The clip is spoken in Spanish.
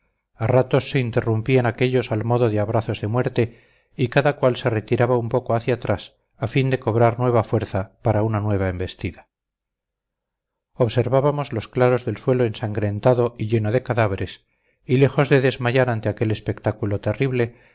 a ratos se interrumpían aquellos al modo de abrazos de muerte y cada cual se retiraba un poco hacia atrás a fin de cobrar nueva fuerza para una nueva embestida observábamos los claros del suelo ensangrentado y lleno de cadáveres y lejos de desmayar ante aquel espectáculo terrible